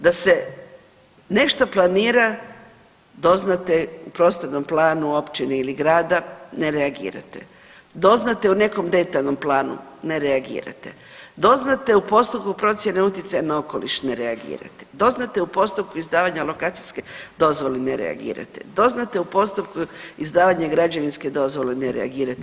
Da se nešto planira doznate u prostornom planu općine ili grada ne reagirate, doznate u nekom detaljnom planu ne reagirate, doznate u postupku procijene utjecaja na okoliš ne reagirate, doznate u postupku izdavanja alokacijske dozvole ne reagirate, doznate u postupku izdavanja građevinske dozvole ne reagirate.